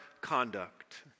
conduct